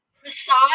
precise